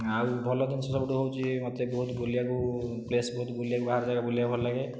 ଆଉ ଭଲ ଜିନିଷ ସବୁଠୁ ହେଉଛି ମୋତେ ବହୁତ ବୁଲିବାକୁ ପ୍ଲେସ୍ ବହୁତ ବୁଲିବାକୁ ବାହାର ଜାଗା ବୁଲିବାକୁ ଭଲ ଲାଗେ